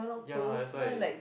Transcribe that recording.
ya that's why